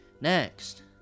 Next